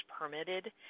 permitted